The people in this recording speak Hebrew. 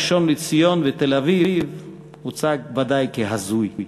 ראשון-לציון ותל-אביב הוצג ודאי כהזוי.